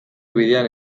bidean